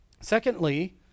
Secondly